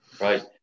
right